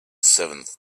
seventh